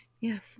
Yes